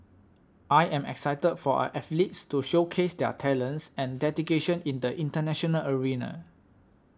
I am excited for our athletes to showcase their talents and dedication in the international arena